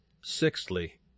Sixthly